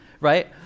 right